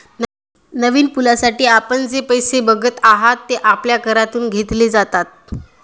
नवीन पुलासाठी आपण जे पैसे बघत आहात, ते आपल्या करातून घेतले जातात